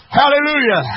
hallelujah